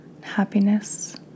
happiness